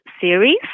Series